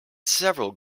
several